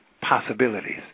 possibilities